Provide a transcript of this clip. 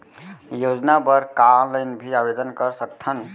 योजना बर का ऑनलाइन भी आवेदन कर सकथन?